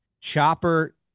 Chopper